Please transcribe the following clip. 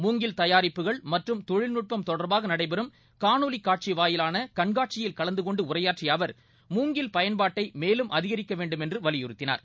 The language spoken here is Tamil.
மூங்கில் தயாரிப்புகள் மற்றும் தொழில் நட்பம் தொடர்பாக நடைபெறும் காணொலி காட்சி வாயிலான கண்காட்சியில் கலந்து கொண்டு உரையாற்றிய அவர் மூங்கில் பயன்பாட்டை மேலும் அதிகரிக்க வேண்டும் என்று வலியுறுத்தினார்